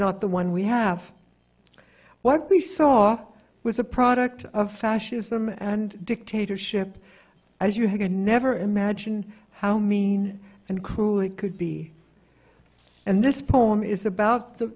not the one we have what we saw was a product of fascism and dictatorship as you can never imagine how mean and cruel it could be and this poem is about the